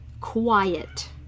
quiet